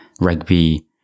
rugby